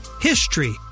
HISTORY